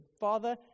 Father